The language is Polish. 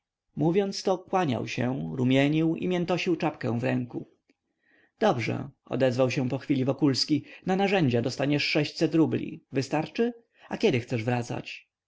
mówiąc to kłaniał się rumienił i miętosił czapkę w ręku dobrze odezwał się pochwili wokulski na narzędzia dostaniesz rubli wystarczy a kiedy chcesz wracać